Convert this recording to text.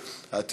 נגד.